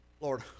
Lord